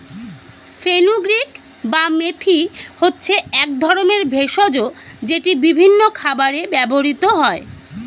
fenugreek বা মেথি হচ্ছে এক রকমের ভেষজ যেটি বিভিন্ন খাবারে ব্যবহৃত হয়